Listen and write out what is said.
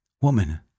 Woman